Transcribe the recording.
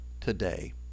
today